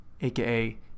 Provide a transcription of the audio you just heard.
AKA